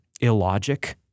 illogic